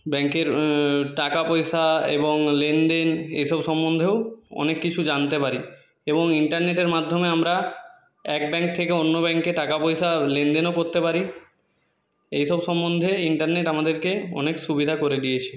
ব্যাংকের টাকা পয়সা এবং লেনদেন এই সব সম্বন্ধেও অনেক কিছু জানতে পারি এবং ইন্টারনেটের মাধ্যমে আমরা এক ব্যাংক থেকে অন্য ব্যাংকে টাকা পয়সা লেনদেনও করতে পারি এই সব সম্বন্ধে ইন্টারনেট আমাদেরকে অনেক সুবিধা করে দিয়েছে